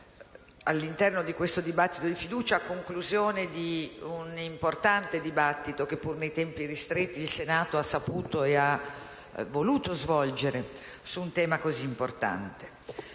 sulla questione di fiducia, al termine di un importante dibattito che, pur nei tempi ristretti, il Senato ha saputo e ha voluto svolgere su un tema così importante.